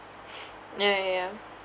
ya ya ya